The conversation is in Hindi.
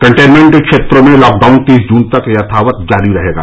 कंटेनमेंट क्षेत्रों में लॉकडाउन तीस जून तक यथावत जारी रहेगा